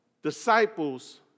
Disciples